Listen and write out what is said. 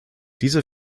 diese